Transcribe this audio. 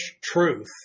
truth